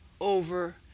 over